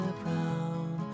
brown